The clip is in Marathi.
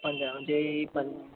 पंधरा म्हणजे पंधरा